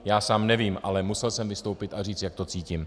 Já sám nevím, ale musel jsem vystoupit a říct, jak to cítím.